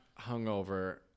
hungover